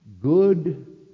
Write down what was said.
good